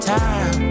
time